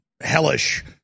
hellish